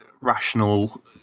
rational